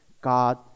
God